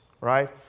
right